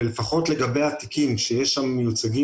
ולפחות לגבי התיקים שיש שם מיוצגים,